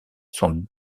sont